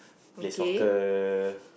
play soccer